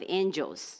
angels